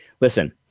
Listen